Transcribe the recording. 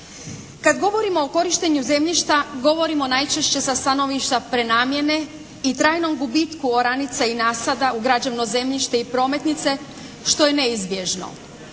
Kad govorimo o korištenju zemljišta govorimo najčešće sa stajališta prenamjene i trajnom gubitku oranica i nasada u građevno zemljište i prometnice što je neizbježno.